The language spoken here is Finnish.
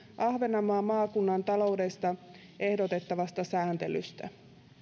ahvenanmaan maakunnan taloudesta ehdotettavasta sääntelystä